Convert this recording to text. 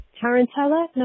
Tarantella